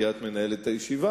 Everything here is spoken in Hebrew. כי את מנהלת את הישיבה,